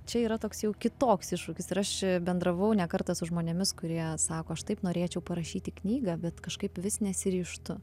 čia yra toks jau kitoks iššūkis ir aš bendravau ne kartą su žmonėmis kurie sako aš taip norėčiau parašyti knygą bet kažkaip vis nesiryžtu